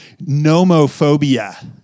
nomophobia